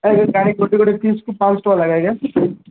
ଗୋଟେ ଗୋଟେ ପିସ୍କୁ ପାଞ୍ଚଶହ ଟଙ୍କା ଲେଖା ଆଜ୍ଞା